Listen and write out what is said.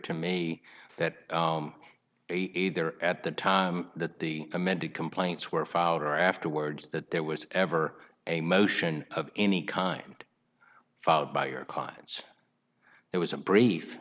to me that there at the time that the amended complaints were filed or afterwards that there was ever a motion of any kind filed by your cots there was a brief